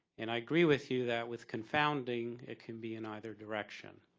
and i agree with you that with confounding it can be in either direction.